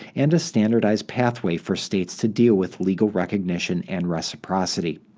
and a standardized pathway for states to deal with legal recognition and reciprocity.